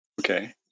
Okay